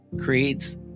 creates